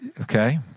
Okay